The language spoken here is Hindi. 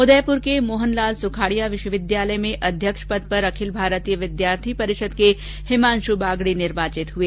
उदयपुर के मोहनलाल सुखाड़िया विश्वविद्यालय में अध्यक्ष पद पर अखिल भारतीय विद्यार्थी परिषद के हिमांश बागड़ी निर्वाचित हुए